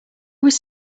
was